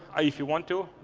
ah if you want to,